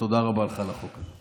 תודה רבה לך על החוק הזה.